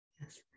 Yes